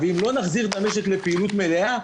ואם לא נחזיר את המשק לפעילות מלאה,